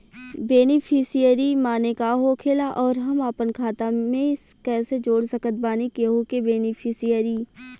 Beneficiary माने का होखेला और हम आपन खाता मे कैसे जोड़ सकत बानी केहु के बेनीफिसियरी?